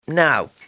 Now